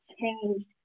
changed